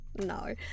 no